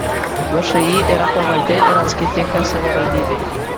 všį yra pavaldi ir atskaitinga savivaldybei